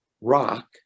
rock